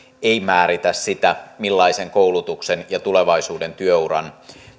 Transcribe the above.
ei määritä sitä millaisen koulutuksen ja tulevaisuuden työuran